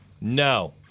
no